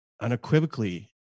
unequivocally